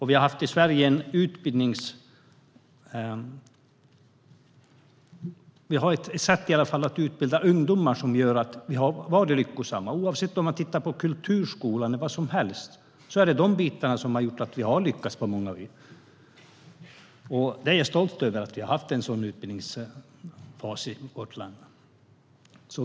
I Sverige har vi också haft ett sätt att utbilda ungdomar som har varit lyckosamt för oss. Oavsett vad man tittar på, kulturskolan eller vad som helst, ser man att det är de bitarna som har gjort att vi har lyckats på många vis. Jag är stolt över att vi har haft en sådan utbildningsfas i vårt land.